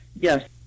Yes